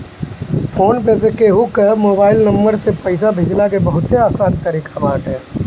phone पे से केहू कअ मोबाइल नंबर से पईसा भेजला के बहुते आसान तरीका बाटे